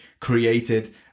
created